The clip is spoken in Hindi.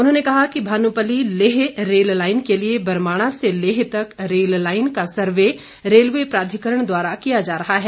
उन्होंने कहा कि भानुपल्ली लेह रेललाईन के लिए बरमाणा से लेह तक रेल लाईन का सर्वे रेलवे प्राधिकरण द्वारा किया जा रहा है